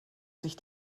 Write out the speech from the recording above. sich